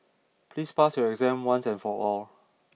please pass your exam once and for all